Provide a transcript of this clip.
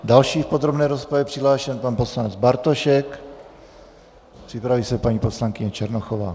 Další v podrobné rozpravě je přihlášen pan poslanec Bartošek, připraví se paní poslankyně Černochová.